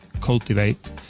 cultivate